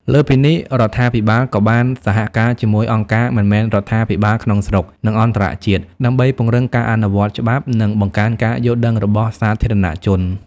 លើសពីនេះ រដ្ឋាភិបាលក៏បានសហការជាមួយអង្គការមិនមែនរដ្ឋាភិបាលក្នុងស្រុក និងអន្តរជាតិ ដើម្បីពង្រឹងការអនុវត្តច្បាប់ និងបង្កើនការយល់ដឹងរបស់សាធារណជន។